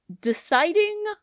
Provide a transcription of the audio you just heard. deciding